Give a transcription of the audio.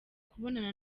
kubonana